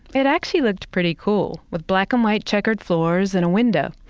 it actually looked pretty cool, with black and white checkered floors and a window.